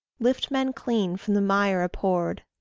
lift men clean from the mire abhorred.